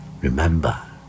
Remember